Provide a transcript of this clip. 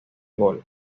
gol